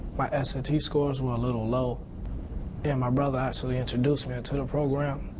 my s a t. scores were a little low and my brother actually introduced me into the program.